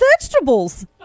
vegetables